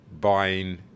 buying